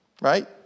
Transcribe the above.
right